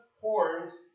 horns